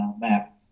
map